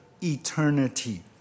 eternity